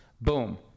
boom